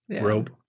Rope